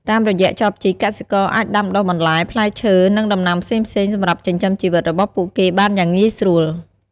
តាមរយៈចបជីក កសិករអាចដាំដុះបន្លែ ផ្លែឈើ និងដំណាំផ្សេងៗសម្រាប់ចិញ្ចឹមជីវិតរបស់ពួកគេបានយ៉ាងងាយស្រួល។